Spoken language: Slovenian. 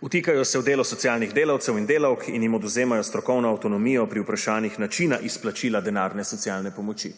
Vtikajo se v delo socialnih delavcev in delavk in jim odvzemajo strokovno avtonomijo pri vprašanjih načina izplačila denarne socialne pomoči.